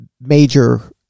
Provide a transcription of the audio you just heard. major